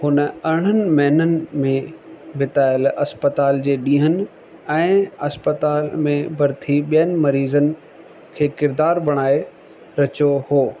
हुन अरिड़हनि महिननि में बितायल अस्पताल जे ॾींहनि ऐं अस्पताल में भर्ती ॿियनि मरीज़नि खे किरदारु ॿणाए रचो हुओ